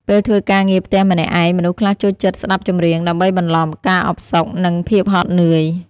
ពេលធ្វើការងារផ្ទះម្នាក់ឯង មនុស្សខ្លះចូលចិត្តស្ដាប់ចម្រៀង ដើម្បីបន្លប់ការអផ្សុក និង ភាពហត់នឿយ។